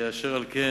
אשר על כן,